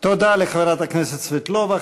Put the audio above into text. תודה לחברת הכנסת סבטלובה.